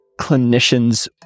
clinicians